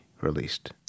released